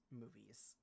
movies